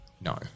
no